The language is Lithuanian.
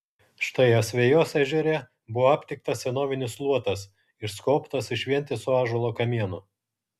štai asvejos ežere buvo aptiktas senovinis luotas išskobtas iš vientiso ąžuolo kamieno